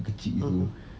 mmhmm